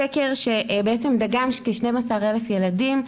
סקר שדגם כ-12,000 ילדים,